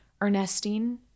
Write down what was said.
Ernestine